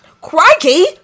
Crikey